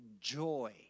joy